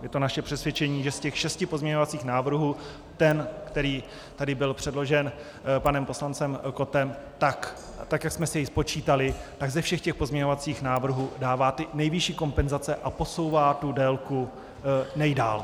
Je to naše přesvědčení, že z těch šesti pozměňovacích návrhů ten, který tady byl předložen panem poslancem Kottem, jak jsme si jej spočítali, ze všech pozměňovacích návrhů dává nejvyšší kompenzace a posouvá délku nejdál.